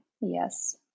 yes